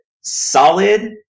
solid